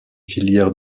filière